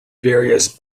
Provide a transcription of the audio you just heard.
various